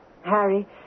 Harry